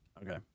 okay